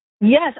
Yes